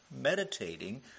meditating